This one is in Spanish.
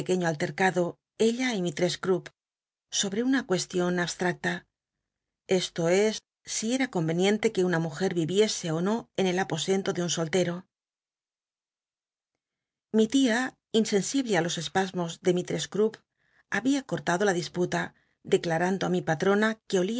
altcrcado ella y mistress crupp sobre una cuestion abstmcta esto es si era conveniente que una mujer je e ó no en el aposento de un sollero li tia insen ible á los espasmos de mislr css crupp h tbia cortado la disputa dcclarando i mi patronn